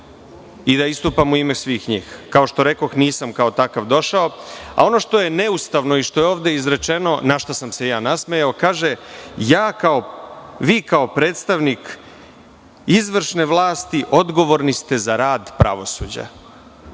i da istupam u ime svih njih. Kao što rekoh, nisam kao takav došao. Ono što je neustavno i što je ovde izrečeno, na šta sam se nasmejao, kaže – vi kao predstavnik izvršne vlasti odgovorni ste za rad pravosuđa.